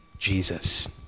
Jesus